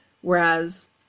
Whereas